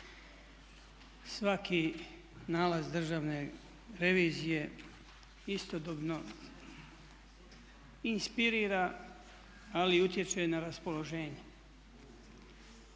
Svaki nalaz Državne revizije istodobno inspirira ali i utječe na raspoloženje.